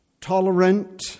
tolerant